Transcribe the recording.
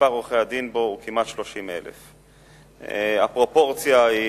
שמספר עורכי-הדין בו הוא כמעט 30,000. הפרופורציה ברורה,